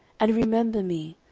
and remember me,